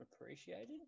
appreciated